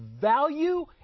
value